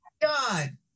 God